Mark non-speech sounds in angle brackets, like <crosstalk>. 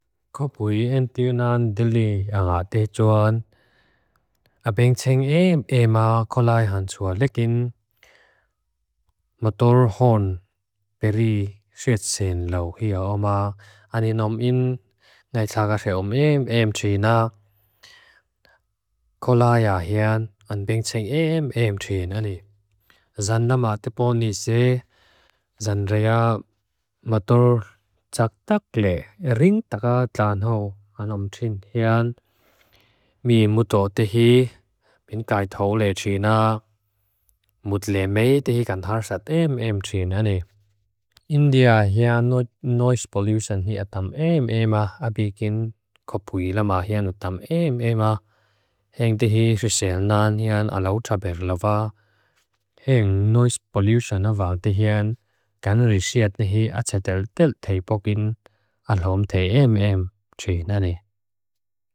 Khopu'i en tyunan dili a ngá te chuan. <hesitation> A beng cheng eem eem a kolái hansua. Lekin <hesitation> matur hon peri xüetsen lau hiyá oma. Ani nom in <hesitation> nái tláakaxé om eem eem trí na. <hesitation> Kolái a hiyan. An beng cheng eem eem trí náli. <hesitation> Zána má te pol ní sé. <hesitation> Zán reya matur tsákták lé. E ring táká tláan hau. An om chin hiyan. <hesitation> Mí mutó te hí. Bin káithóulé trí na. <hesitation> Mutlé méi te hí kantharsát eem eem trí náni. <hesitation> Índia hiyá nois poliusan hiyá tam eem eem a. A bíkin khopu'i lamá hiyá nu tam eem eem a. Heng te hí xusélnán hiyán alá utáperlává. <hesitation> Heng nois poliusan avál te hiyán, <hesitation> kanurísíatni hí atsadél tél teipókin. Alhóm té eem eem trí náni.